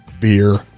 beer